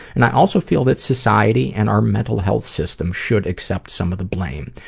and i also feel that society and our mental health system should accept some of the blame.